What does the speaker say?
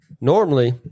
Normally